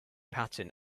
pattern